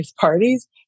parties